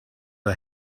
our